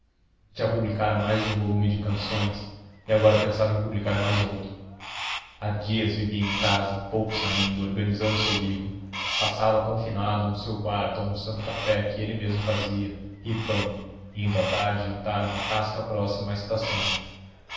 já publicara mais de um volume de canções e agora pensava em publicar mais outro há dias vivia em casa pouco saindo organizando o seu livro passava confinado no seu quarto almoçando café que ele mesmo fazia e pão indo à tarde jantar a uma tasca próximo à estação